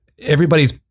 Everybody's